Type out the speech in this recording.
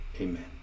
Amen